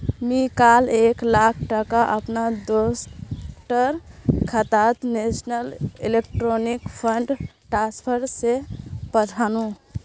मी काल एक लाख टका अपना दोस्टर खातात नेशनल इलेक्ट्रॉनिक फण्ड ट्रान्सफर से पथानु